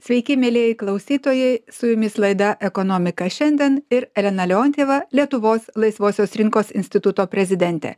sveiki mielieji klausytojai su jumis laida ekonomika šiandien ir elena leontjeva lietuvos laisvosios rinkos instituto prezidentė